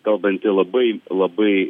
kalbanti labai labai